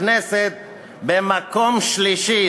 הכנסת במקום שלישי,